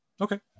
Okay